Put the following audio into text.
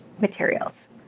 materials